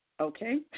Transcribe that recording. Okay